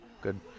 Good